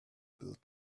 build